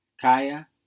Kaya